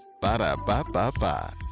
Ba-da-ba-ba-ba